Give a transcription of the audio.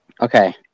okay